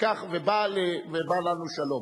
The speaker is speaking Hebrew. ובא לנו שלום.